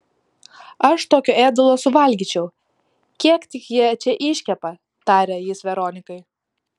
aš tokio ėdalo suvalgyčiau kiek tik jie čia iškepa tarė jis veronikai